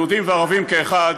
יהודים וערבים כאחד,